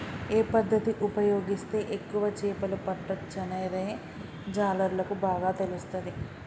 ఏ పద్దతి ఉపయోగిస్తే ఎక్కువ చేపలు పట్టొచ్చనేది జాలర్లకు బాగా తెలుస్తది